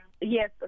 Yes